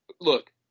Look